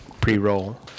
pre-roll